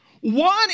One